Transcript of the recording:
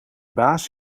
baas